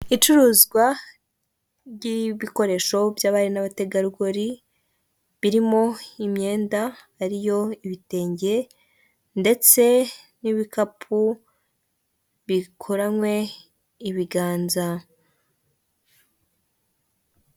Icuruzwa ry'ibikoresho by'abari n'abategarugori birimo imyenda ariyo ibitenge ndetse n'ibikapu bikoranywe ibiganza.